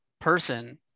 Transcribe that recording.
person